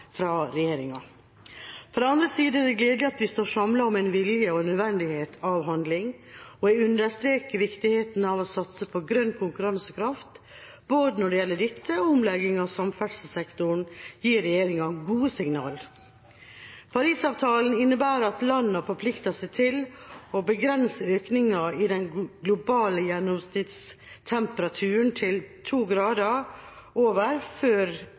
fra regjeringa. På den andre siden er det gledelig at vi står samlet om en vilje og nødvendighet av handling, og jeg understreker viktigheten av å satse på grønn konkurransekraft. Når det gjelder både dette og omlegging av samferdselssektoren, gir regjeringa gode signal. Paris-avtalen innebærer at landene forplikter seg til å begrense økninga i den globale gjennomsnittstemperaturen til 2 grader over